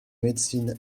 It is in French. médecine